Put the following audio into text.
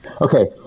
Okay